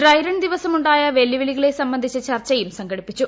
dry run ദിവസം ഉണ്ടായ വെല്ലുവിളികളെ സംബന്ധിച്ച ചർച്ചയും സംഘടിപ്പിച്ചു